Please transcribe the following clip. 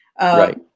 Right